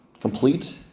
complete